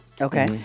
Okay